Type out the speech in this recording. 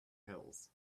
pills